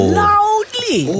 loudly